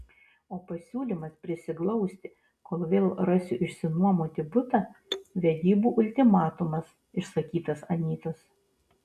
o pasiūlymas prisiglausti kol vėl rasiu išsinuomoti butą vedybų ultimatumas išsakytas anytos